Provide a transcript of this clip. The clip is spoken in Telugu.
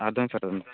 అర్ధమైంది సార్